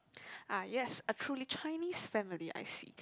ah yes a truly Chinese family I see